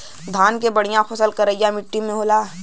धान के बढ़िया फसल करिया मट्टी में होला